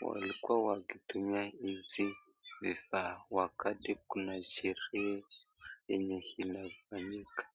walikuwa wakitumia hizi vifaa wakati kuna shrehe yenye inafanyika.